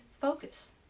focus